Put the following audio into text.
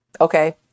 okay